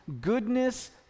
goodness